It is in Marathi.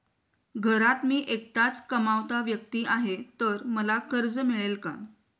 घरात मी एकटाच कमावता व्यक्ती आहे तर मला कर्ज मिळेल का?